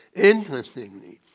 interestingly,